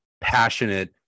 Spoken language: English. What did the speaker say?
passionate